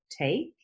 take